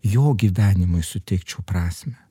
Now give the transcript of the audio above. jo gyvenimui suteikčiau prasmę